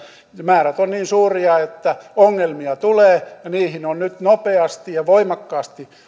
määrät ovat niin suuria että ongelmia tulee ja niihin on nyt nopeasti ja voimakkaasti